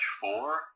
four